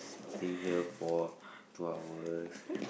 staying here for two hours